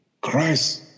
Christ